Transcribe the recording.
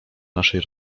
naszej